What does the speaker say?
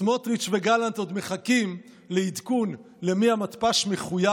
סמוטריץ' וגלנט עוד מחכים לעדכון למי המתפ"ש מחויב.